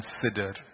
Consider